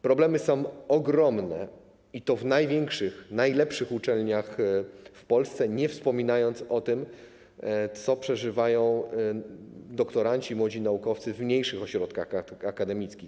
Problemy są ogromne, i to w największych, najlepszych uczelniach w Polsce, nie wspominając już o tym, co przeżywają doktoranci, młodzi naukowcy w mniejszych ośrodkach akademickich.